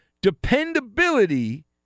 dependability